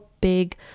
big